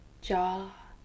jaw